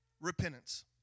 repentance